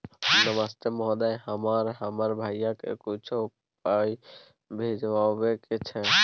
नमस्ते महोदय, हमरा हमर भैया के कुछो पाई भिजवावे के छै?